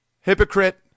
hypocrite